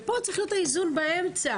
ופה באמצע